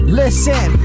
listen